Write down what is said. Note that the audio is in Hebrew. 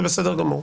זה בסדר גמור.